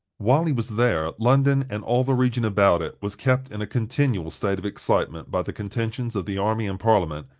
while he was there, london, and all the region about it, was kept in a continual state of excitement by the contentions of the army and parliament,